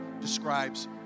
describes